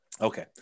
Okay